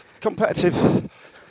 competitive